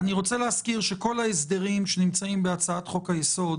אני רוצה להזכיר שכל ההסדרים שנמצאים בהצעת חוק-היסוד